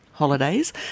holidays